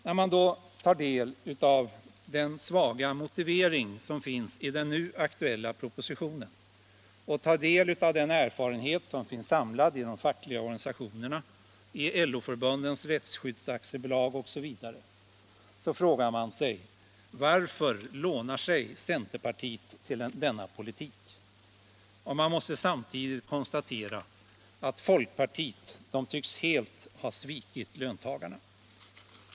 När man då tar del av den svaga motivering som finns i den nu aktuella propositionen och den erfarenhet som finns samlad inom de fackliga organisationerna, i LO-Förbundens Rättsskydd AB osv., frågar man sig: Varför lånar sig centerpartiet till denna politik? Man måste samtidigt konstatera att folkpartiet helt tycks ha svikit löntagarna.